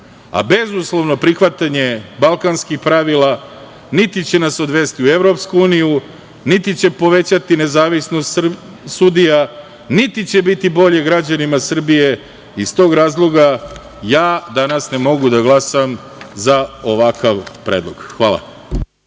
a bezuslovno prihvatanje balkanskih pravila niti će nas odvesti u EU, niti će povećati nezavisnost sudija, niti će biti bolje građanima Srbije i iz tog razloga ja danas ne mogu da glasam za ovakav predlog. Hvala.